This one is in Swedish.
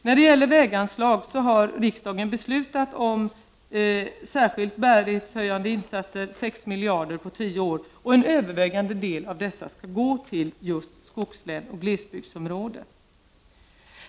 När det gäller väganslag har riksdagen beslutat om 6 miljarder kronor på tio år till särskilda bärighetshöjande insatser. En övervägande del av dessa pengar skall gå just till skogslän och glesbygdsområden.